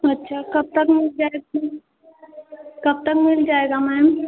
अच्छा कब तक मिल जाएगी कब तक मिल जाएगा मैम